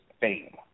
fame